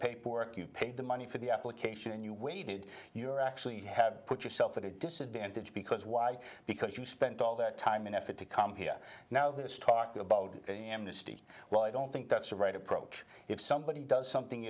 paperwork you paid the money for the application and you waited you're actually have put yourself at a disadvantage because why because you spent all that time and effort to come here now this talk about amnesty well i don't think that's the right approach if somebody does something